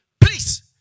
Please